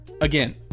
again